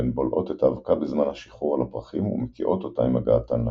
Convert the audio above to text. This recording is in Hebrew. והן בולעות את האבקה בזמן השיחור על הפרחים ומקיאות אותה עם הגעתן לקן.